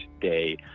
day